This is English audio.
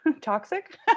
toxic